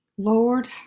Lord